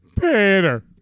Peter